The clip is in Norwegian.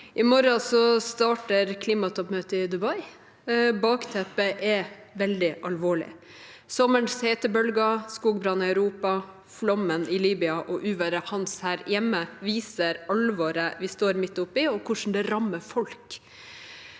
I morgen starter klimatoppmøtet i Dubai. Bakteppet er veldig alvorlig. Sommerens hetebølger, skogbranner i Europa, flommen i Libya og uværet Hans her hjemme viser alvoret vi står midt oppe i, og hvordan det rammer folk.